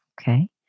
Okay